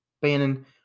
Bannon